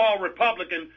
Republican